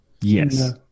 Yes